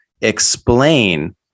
explain